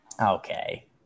Okay